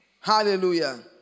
Hallelujah